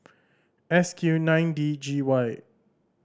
S Q nine D G Y